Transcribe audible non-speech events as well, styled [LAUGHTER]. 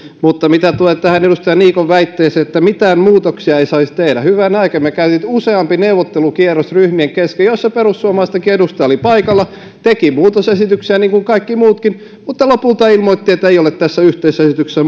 mutta mitä tulee tähän edustaja niikon väitteeseen että mitään muutoksia ei saisi tehdä hyvänen aika me kävimme useamman neuvottelukierroksen ryhmien kesken joissa perussuomalaistenkin edustaja oli paikalla teki muutosesityksiä niin kuin kaikki muutkin mutta lopulta ilmoitti ettei ole tässä yhteisessä esityksessä [UNINTELLIGIBLE]